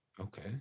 Okay